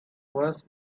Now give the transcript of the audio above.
was